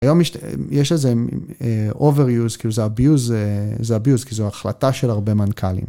היום יש איזה overuse, כאילו זה abuse, כי זו החלטה של הרבה מנכלים.